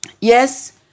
yes